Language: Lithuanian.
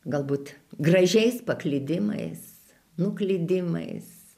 galbūt gražiais paklydimais nuklydimais